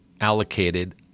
allocated